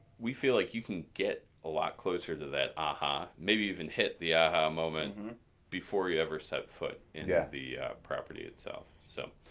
we feel like you can get a lot closer to that aha. maybe even hit the aha moment before you ever set foot in yeah the property itself. so,